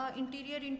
interior